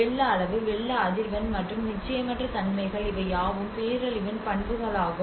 வெள்ள அளவு வெள்ள அதிர்வெண் மற்றும் நிச்சயமற்ற தன்மைகள் இவையாவும் பேரழிவின் பண்புகளாகும்